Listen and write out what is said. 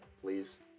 please